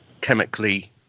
chemically